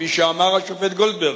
כפי שאמר השופט גולדברג,